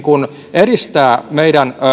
edistää meidän